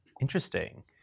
Interesting